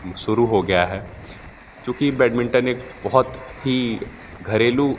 शुरू हो गया है क्योंकि बैडमिंटन एक बहुत ही घरेलू